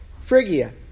Phrygia